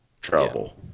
trouble